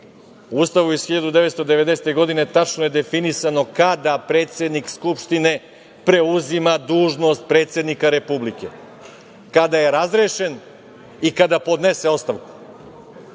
Ustav iz 1990. godine tačno je definisano kada predsednik Skupštine preuzima dužnost predsednika Republike, kada je razrešen i kada podnese ostavku,